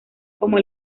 como